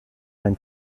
ein